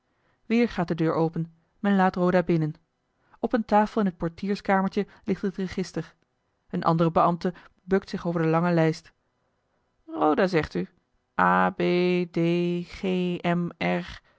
weer gaat de deur open men laat roda binnen op eene tafel in het portierskamertje ligt het register een andere beambte bukt zich over de lange lijst roda zegt u